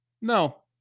no